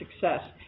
success